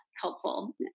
helpful